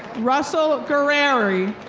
russell guerrier.